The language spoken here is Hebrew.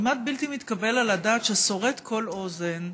כמעט בלתי מתקבל על הדעת, שסורט כל אוזן: